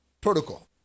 Protocol